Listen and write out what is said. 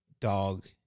dog